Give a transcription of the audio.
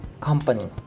company